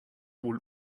wohl